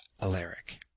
Alaric